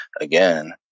again